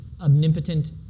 omnipotent